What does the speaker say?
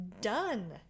done